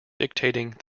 dictating